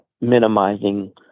minimizing